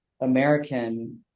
American